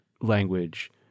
language